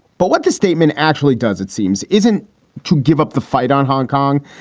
but what the statement actually does, it seems, isn't to give up the fight on hong kong,